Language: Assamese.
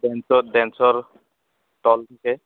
ডেঞ্চত ডেঞ্চেৰ দল থাকে